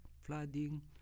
flooding